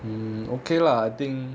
mm okay lah I think